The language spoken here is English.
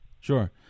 sure